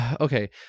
okay